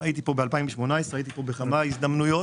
מעט מכרזים ששיווקנו לאחרונה.